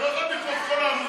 אתה לא חייב לקרוא את כל העמודים,